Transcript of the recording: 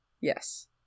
Yes